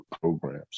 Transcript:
programs